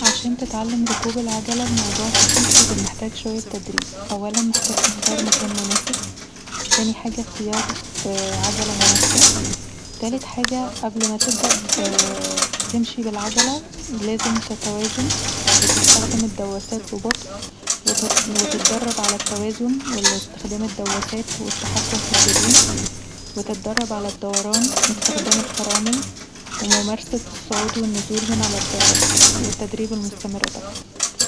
عشان تتعلم ركوب العجله الموضوع بسيط لكن محتاج شوية تدريب، اولا محتاج تختار مكان مناسب تاني حاجه اختيار عجلت مناسبه، تالت حاجه قبل ما تبدأ تمشي يالعجله لازم تتوازن وتستخدم الدواسات ببطء وتدرب علي النوازن واستخدام الدواسات والتحكم في الجادون وتدرب علي الدوران واستخدام الفرامل وممارسة الصعود والنزول من علي الدراجه والتدريب المستمر طبعا